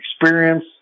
experience